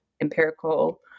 empirical